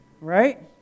Right